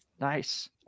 Nice